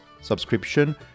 subscription